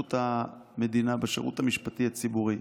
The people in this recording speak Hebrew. בשירות המדינה, בשירות המשפטי הציבורי,